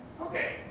Okay